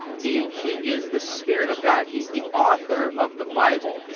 he he is the spirit of god, he's the author of the bible.